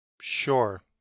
sure